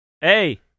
Hey